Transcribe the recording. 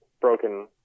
broken